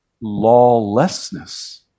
lawlessness